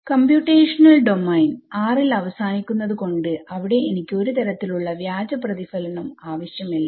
computational domain ൽ അവസാനിക്കുന്നത് കൊണ്ട് അവിടെ എനിക്ക് ഒരു തരത്തിലും ഉള്ള വ്യാജ പ്രതിഫലനം ആവശ്യമില്ല